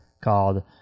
called